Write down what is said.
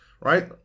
right